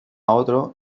otro